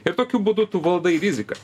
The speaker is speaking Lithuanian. ir tokiu būdu tu valdai riziką